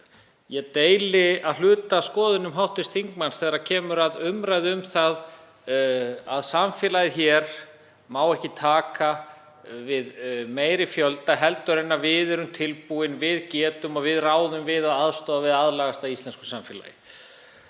ég deili að hluta skoðunum hv. þingmanns þegar kemur að umræðu um að samfélagið hér megi ekki taka við meiri fjölda en við erum tilbúin til, við getum og við ráðum við að aðstoða við að aðlagast íslensku samfélagi.